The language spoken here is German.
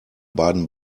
baden